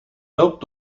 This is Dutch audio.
loopt